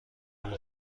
اون